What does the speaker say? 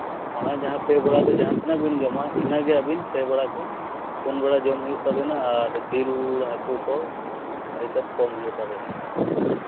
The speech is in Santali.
ᱢᱟᱲᱟᱝ ᱡᱟᱦᱟᱸ ᱯᱮ ᱵᱮᱲᱟᱛᱮ ᱡᱟᱦᱟᱸ ᱛᱤᱱᱟᱹᱜ ᱵᱤᱱ ᱡᱚᱢᱟ ᱤᱱᱟᱹᱜᱮ ᱟᱹᱵᱤᱱ ᱯᱮ ᱵᱮᱲᱟ ᱠᱷᱚᱱ ᱯᱩᱱ ᱵᱮᱲᱟ ᱡᱚᱢ ᱦᱩᱭᱩᱜ ᱛᱟᱹᱵᱤᱱᱟ ᱟᱨ ᱡᱤᱞ ᱦᱟᱹᱠᱩ ᱠᱚ ᱟᱹᱰᱤ ᱛᱮᱫ ᱠᱚᱢ ᱦᱩᱭᱩᱜ ᱛᱟᱹᱵᱤᱱᱟ